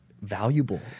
Valuable